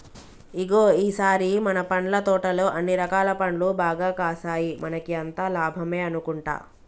ఇగో ఈ సారి మన పండ్ల తోటలో అన్ని రకాల పండ్లు బాగా కాసాయి మనకి అంతా లాభమే అనుకుంటా